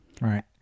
Right